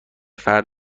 فرد